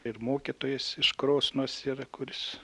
ir mokytojas iš krosnos yra kuris